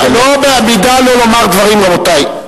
לא, בעמידה לא לומר דברים, רבותי.